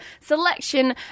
selection